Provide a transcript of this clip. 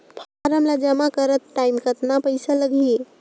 Form ला जमा करत टाइम कतना पइसा लगही?